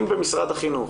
אם במשרד החינוך